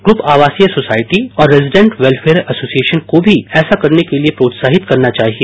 group आवासीय society और resident welfare association को भी ऐसा करने के लिए प्रोत्साहित करना चाहिए